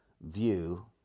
view